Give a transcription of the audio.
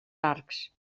arcs